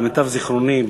למיטב זיכרוני,